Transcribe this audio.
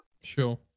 Sure